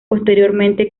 posteriormente